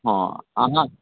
हँ अहाँ